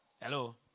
Hello